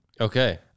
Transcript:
Okay